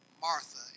Martha